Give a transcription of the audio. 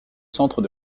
centres